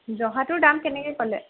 জহাটোৰ দাম কেনেকৈ ক'লে